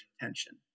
tension